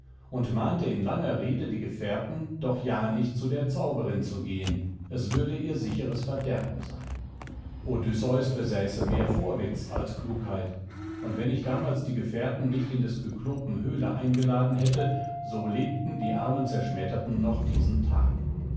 und mahnte in langer rede die gefährten doch ja nicht zu der zauberin zu gehen es würde ihr sicheres verderben sein odysseus besäße immer mehr vorwitz als klugheit und wenn ich damals die gefährten nicht in des kyklopen höhle eingeladen hätte so lebten die armen zerschmetterten noch diesen tag